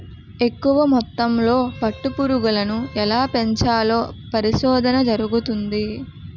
ఎక్కువ మొత్తంలో పట్టు పురుగులను ఎలా పెంచాలో పరిశోధన జరుగుతంది